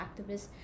activists